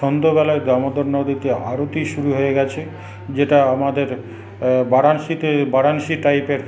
সন্ধ্যেবেলায় দামোদর নদীতে আরতি শুরু হয়ে গেছে যেটা আমাদের বারাণসীতে বারাণসী টাইপের